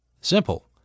simple